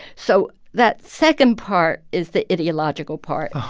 so that second part is the ideological part.